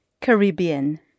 Caribbean